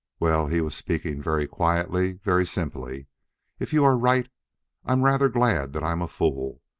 well, he was speaking very quietly, very simply if you are right i'm rather glad that i'm a fool.